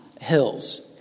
hills